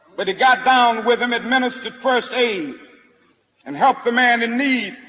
but he got down with him, administered first aid and helped the man in need.